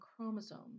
chromosomes